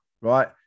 right